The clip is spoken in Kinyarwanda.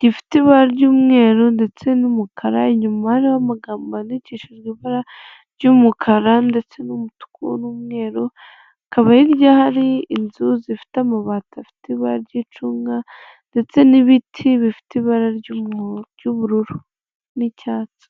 gifite ibara ry'umweru ndetse n'umukara, inyuma hariho amagambo yandikishijwe ibara ry'umukara ndetse n'umutuku n'umweru, hakaba hirya hari inzu zifite amabati afite ibara ry'icunga ndetse n'ibiti bifite ibara ry'ubururu n'icyatsi.